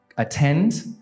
attend